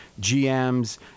GM's